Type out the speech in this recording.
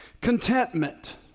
Contentment